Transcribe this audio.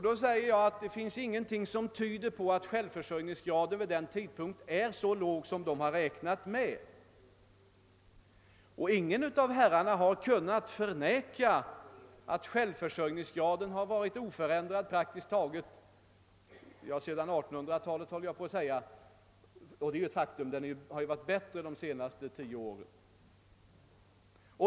Det finns emellertid ingenting som tyder på att självförsörjningsgraden vid den tidpunkten är så låg som man har räknat med. Ingen av herrarna har kunnat förneka att självförsörjningsgraden har varit praktiskt taget oförändrad sedan 1800-talet. Det är ett faktum att den rent av har varit högre de senaste tio åren.